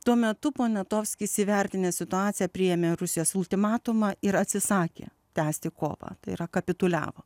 tuo metu poniatovskis įvertinęs situaciją priėmė rusijos ultimatumą ir atsisakė tęsti kovą tai yra kapituliavo